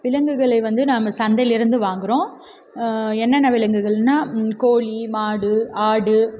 விலங்குகளை வந்து நாம் சந்தையிலிருந்து வாங்குகிறோம் என்னென்ன விலங்குகள்ன்னால் கோழி மாடு ஆடு